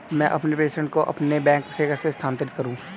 मैं अपने प्रेषण को अपने बैंक में कैसे स्थानांतरित करूँ?